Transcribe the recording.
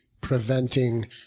preventing